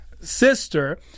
sister